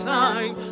time